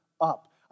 up